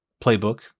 playbook